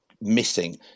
missing